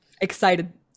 excited